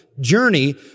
journey